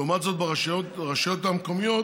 לעומת זאת, ברשויות המקומיות